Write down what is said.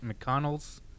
McConnell's